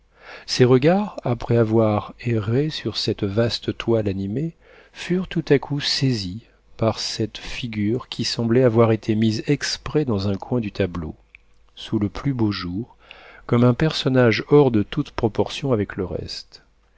ses regards après avoir erré sur cette vaste toile animée furent tout à coup saisis par cette figure qui semblait avoir été mise exprès dans un coin du tableau sous le plus beau jour comme un personnage hors de toute proportion avec le reste